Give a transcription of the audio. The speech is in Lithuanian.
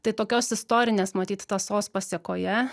tai tokios istorinės matyt tąsos pasekoje